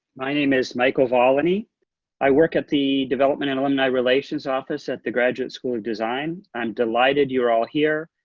my name is michael voligny i work at the development and alumni relations office at the graduate school of design. i'm delighted you're all here,